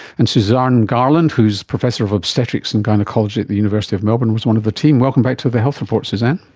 and suzanne garland, who is professor of obstetrics and gynaecology at the university of melbourne was one of the team. welcome back to the health report, suzanne.